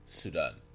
sudan